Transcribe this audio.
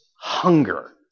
hunger